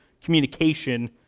communication